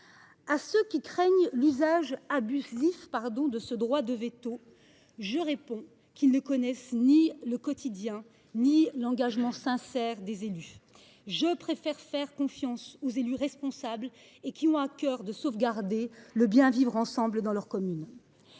À ceux qui craignent l’usage abusif de ce droit de veto, je réponds qu’ils ne connaissent ni le quotidien ni l’engagement sincère des élus. Je préfère faire confiance aux élus responsables, qui ont à cœur de sauvegarder le bien vivre ensemble dans leurs communes.